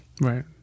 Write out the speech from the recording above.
Right